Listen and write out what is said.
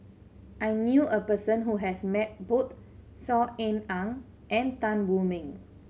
I knew a person who has met both Saw Ean Ang and Tan Wu Meng